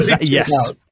Yes